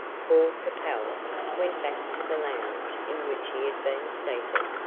paul capel went back to the lounge in which he had been seated,